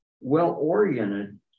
well-oriented